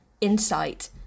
insight